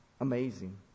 Amazing